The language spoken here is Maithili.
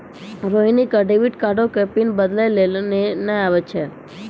रोहिणी क डेबिट कार्डो के पिन बदलै लेय नै आबै छै